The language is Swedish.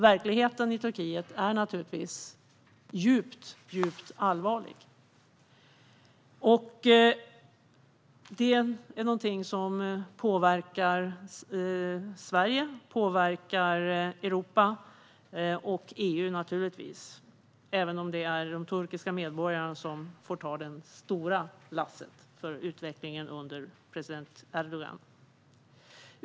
Verkligheten i Turkiet är givetvis djupt allvarlig och påverkar Sverige, Europa och EU, även om det är de turkiska medborgarna som får dra det stora lasset med utvecklingen under president Erdogan.